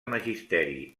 magisteri